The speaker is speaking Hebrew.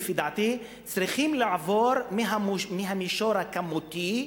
לדעתי צריך לעבור מהמישור הכמותי,